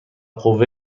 قوه